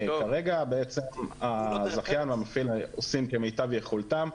כרגע בעצם הזכיין והמפעיל עושים כמיטב יכולתם.